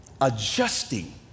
Adjusting